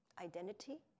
identity